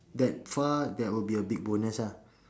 that far that will be a big bonus lah